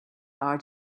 are